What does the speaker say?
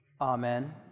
Amen